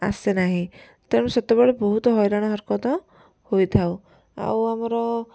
ଆସେ ନାହିଁ ତେଣୁ ସେତେବେଳେ ବହୁତ ହଇରାଣ ହରକତ ହୋଇଥାଉ ଆଉ ଆମର